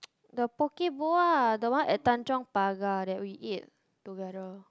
the Poke-Bowl ah the one at Tanjong-Pagar that we ate together